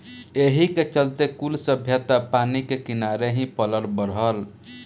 एही के चलते कुल सभ्यता पानी के किनारे ही पलल बढ़ल